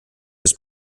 was